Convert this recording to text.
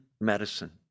medicine